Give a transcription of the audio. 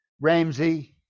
Ramsey